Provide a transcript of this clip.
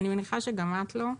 אני מניחה שגם את לא.